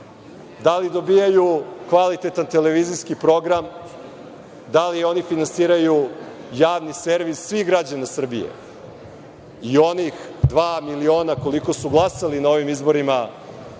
da li dobijaju kvaliteta televizijski program, da li oni finansiraju javni servis svih građana Srbije, i onih dva miliona, koliko su glasali na ovim izborima